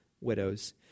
widows